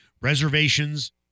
reservations